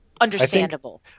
understandable